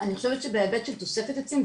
אני חושבת שבהיבט של תוספת עצים,